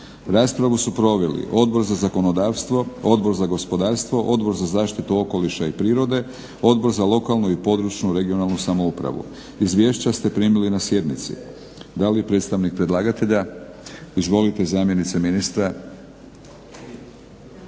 Raspravu su proveli Odbor za zakonodavstvo, Odbor za gospodarstvo, Odbor za zaštitu okoliša i prirode, Odbor za lokalnu i područnu (regionalnu) samoupravu. Izvješća ste primili na sjednici. Da li predstavnik predlagatelja… izvolite zamjenice ministra.